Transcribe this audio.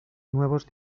nuevos